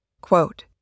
Quote